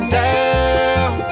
down